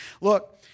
Look